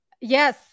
yes